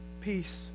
peace